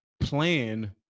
plan